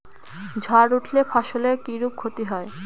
ঝড় উঠলে ফসলের কিরূপ ক্ষতি হয়?